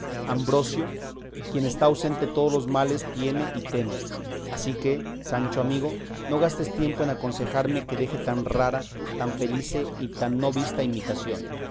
ambrosio quien está ausente todos los males tiene y teme así que sancho amigo no gastes tiempo en aconsejarme que deje tan rara tan felice y tan no vista imitación